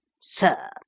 Sir